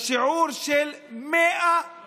בשיעור של 100%,